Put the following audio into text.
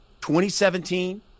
2017